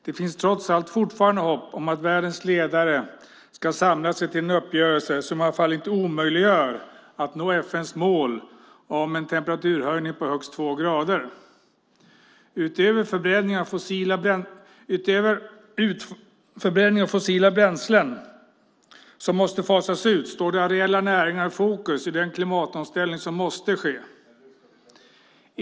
Det finns trots allt fortfarande hopp om att världens ledare ska samla sig till en uppgörelse som i varje fall inte omöjliggör att nå FN:s mål om en temperaturhöjning på högst två grader. Utöver förbränningen av fossila bränslen som måste fasas ut står de areella näringarna i fokus i den klimatomställning som måste ske.